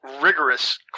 rigorous